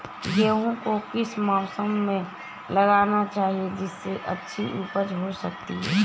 गेहूँ को किस मौसम में लगाना चाहिए जिससे अच्छी उपज हो सके?